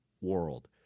world